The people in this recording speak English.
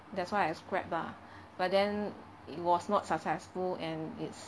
that's why I scrap mah but then it was not successful and it's